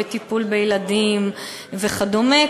טיפול בילדים וכדומה.